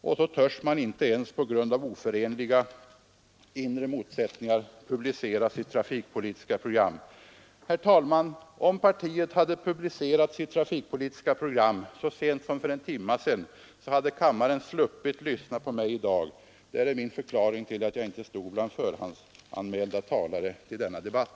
Men man törs inte på grund av oförenliga inre motsättningar ens publicera sitt trafikpolitiska program. Herr talman! Om centerpartiet hade publicerat sitt trafikpolitiska program så sent som för en timme sedan, hade kammaren sluppit lyssna på mig i dag. Där är min förklaring till att jag inte stod bland förhandsanmälda talare i denna debatt.